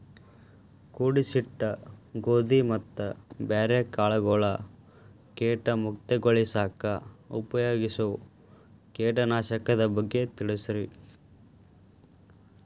ಕೂಡಿಸಿಟ್ಟ ಗೋಧಿ ಮತ್ತ ಬ್ಯಾರೆ ಕಾಳಗೊಳ್ ಕೇಟ ಮುಕ್ತಗೋಳಿಸಾಕ್ ಉಪಯೋಗಿಸೋ ಕೇಟನಾಶಕದ ಬಗ್ಗೆ ತಿಳಸ್ರಿ